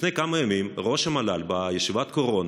לפני כמה ימים, ראש המל"ל, בישיבת קורונה,